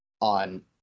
on